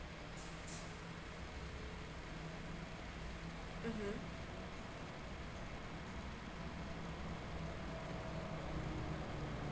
mm